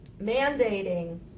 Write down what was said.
mandating